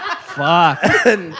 Fuck